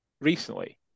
recently